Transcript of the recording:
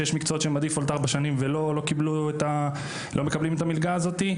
שיש מקצועות שהם ברירת מחדל ארבע שנים ולא מקבלים את המלגה הזאת.